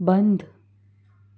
બંધ